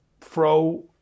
Throw